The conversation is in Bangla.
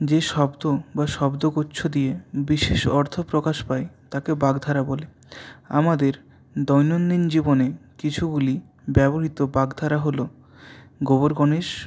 যে শব্দ বা শব্দগুচ্ছ দিয়ে বিশেষ অর্থ প্রকাশ পায় তাকে বাগধারা বলে আমাদের দৈনন্দিন জীবনে কিছুগুলি ব্যবহৃত বাগধারা হল গোবর গণেশ